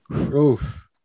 Oof